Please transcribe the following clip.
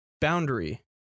Boundary